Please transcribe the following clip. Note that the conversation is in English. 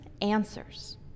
answers